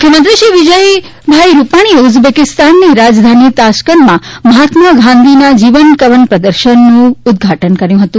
મુખ્યમંત્રી શ્રી વિજયભાઇ રૂપાણીએ ઉઝબેકિસ્તાનની રાજધાની તાશ્કંદમાં મહાત્મા ગાંધી જીવન કવન પ્રદર્શનનું ઉદ્દઘાટન કર્યુ હતું